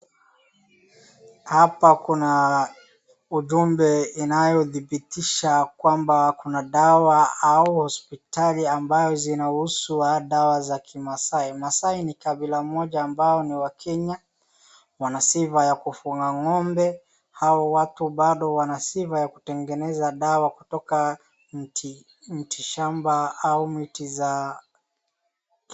Hapa kuna ujumbe inayodhibitisha kwamba kuna dawa au hospitali ambayo zinahusu dawa za kimasai. Maasai ni kabila moja ambao ni Wakenya, wana sifa ya kufuga ng'ombe. Hao watu bado wana sifa ya kutengeneza dawa kutoka miti shamba au miti za.